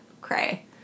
cray